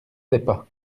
tepa